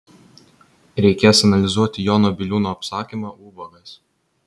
reikės analizuoti jono biliūno apsakymą ubagas